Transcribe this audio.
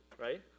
right